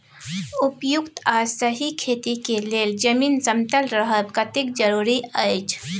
उपयुक्त आ सही खेती के लेल जमीन समतल रहब कतेक जरूरी अछि?